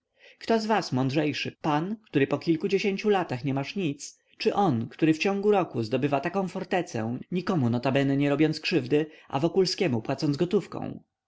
kto z was mądrzejszy pan który po kilkudziesięciu latach nie masz nic czy on który w ciągu roku zdobywa taką fortecę nikomu notabene nie robiąc krzywdy a wokulskiemu płacąc gotówką